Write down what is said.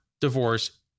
divorce